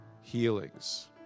Healings